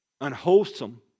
unwholesome